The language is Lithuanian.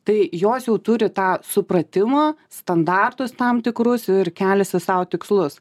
tai jos jau turi tą supratimą standartus tam tikrus ir keliasi sau tikslus